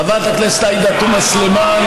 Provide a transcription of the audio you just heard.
חברת הכנסת עאידה תומא סלימאן,